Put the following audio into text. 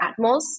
Atmos